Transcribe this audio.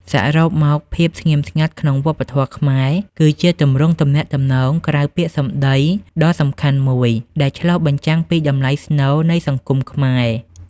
សរុបមក ភាពស្ងៀមស្ងាត់ក្នុងវប្បធម៌ខ្មែរគឺជាទម្រង់ទំនាក់ទំនងក្រៅពាក្យសំដីដ៏សំខាន់មួយ ដែលឆ្លុះបញ្ចាំងពីតម្លៃស្នូលនៃសង្គមខ្មែរ។